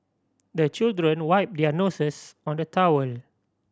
the children wipe their noses on the towel